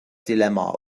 dilemma